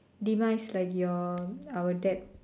demise like your our debt